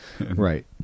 right